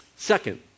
Second